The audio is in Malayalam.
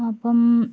അപ്പോൾ